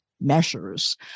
measures